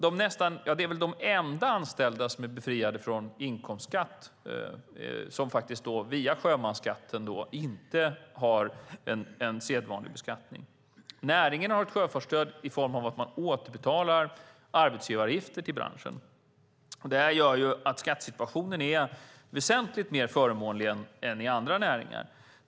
Dessa anställda är väl de enda anställda som är befriade från inkomstskatt. Via sjömansskatten har de inte sedvanlig beskattning. Näringen har sjöfartsstöd i form av att arbetsgivaravgifter återbetalas till branschen. Det här gör att skattesituationen här är väsentligt förmånligare än skattesituationen i andra näringar.